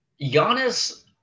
Giannis